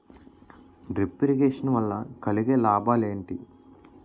Drip irrigation వల్ల కలిగే లాభాలు ఏంటి?